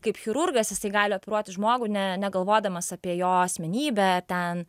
kaip chirurgas jisai gali operuoti žmogų ne negalvodamas apie jo asmenybę ten